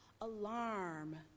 alarm